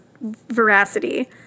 veracity